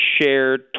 shared